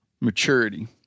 maturity